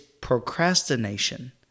procrastination